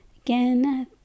again